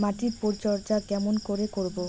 মাটির পরিচর্যা কেমন করে করব?